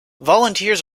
volunteers